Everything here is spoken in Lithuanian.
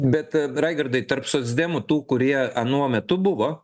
bet raigardai tarp socdemų tų kurie anuo metu buvo